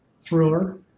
thriller